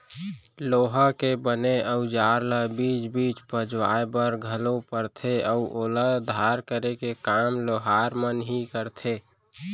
लोहा के बने अउजार ल बीच बीच पजवाय बर घलोक परथे अउ ओला धार करे के काम लोहार मन ही करथे